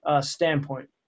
standpoint